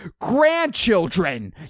grandchildren